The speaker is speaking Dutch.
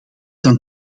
dan